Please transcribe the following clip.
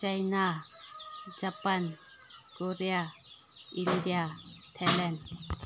China Japan Korea India Thailand